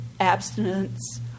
abstinence